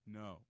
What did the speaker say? no